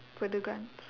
further grants